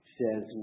says